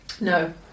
No